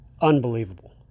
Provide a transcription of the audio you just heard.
Unbelievable